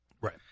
Right